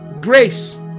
grace